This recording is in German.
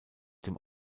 dem